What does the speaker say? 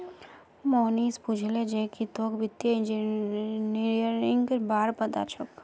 मोहनीश पूछले जे की तोक वित्तीय इंजीनियरिंगेर बार पता छोक